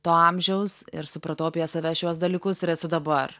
to amžiaus ir supratau apie save šiuos dalykus ir esu dabar